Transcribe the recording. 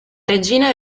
regina